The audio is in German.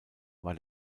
war